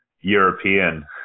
European